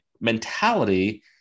mentality